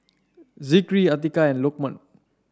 Zikri Atiqah and Lokman